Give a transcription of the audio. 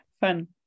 Fun